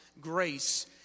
grace